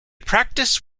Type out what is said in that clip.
practice